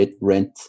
rent